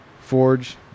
forge